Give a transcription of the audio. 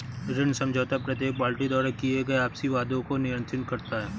ऋण समझौता प्रत्येक पार्टी द्वारा किए गए आपसी वादों को नियंत्रित करता है